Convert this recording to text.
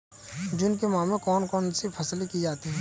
जून के माह में कौन कौन सी फसलें की जाती हैं?